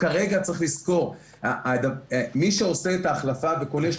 כרגע צריך לזכור מי שעושה את החלפה וקונה,